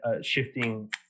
shifting